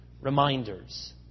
reminders